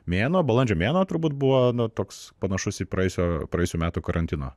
mėnuo balandžio mėnuo turbūt buvo toks panašus į praėjusio praėjusių metų karantino